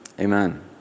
Amen